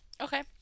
Okay